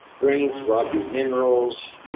grains rob you of minerals they